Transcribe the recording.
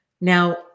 now